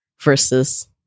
versus